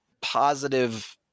positive